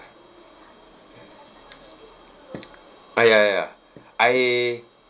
ah ya ya I